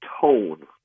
tone